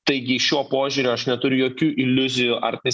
taigi šiuo požiūriu aš neturiu jokių iliuzijų ar tai